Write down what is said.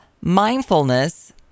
mindfulness